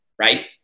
right